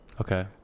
Okay